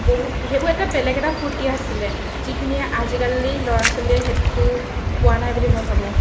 বহু সেইবোৰ এটা বেলেগ এটা ফুৰ্তিয়ে আছিলে যিখিনি আজিকালিৰ ল'ৰা ছোৱালীয়ে সেইটো পোৱা নাই বুলি মই ভাবোঁ